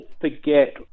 forget